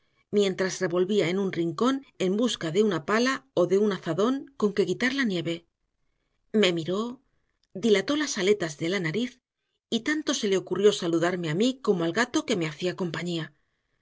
mientras revolvía en un rincón en busca de una pala o de un azadón con que quitar la nieve me miró dilató las aletas de la nariz y tanto se le ocurrió saludarme a mí como al gato que me hacía compañía